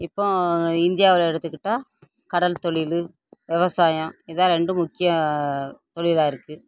இப்போது இந்தியாவில் எடுத்துக்கிட்டால் கடல் தொழிலு விவசாயம் இதுதான் ரெண்டு முக்கிய தொழிலா இருக்குது